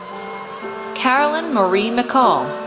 caroline marie mccall,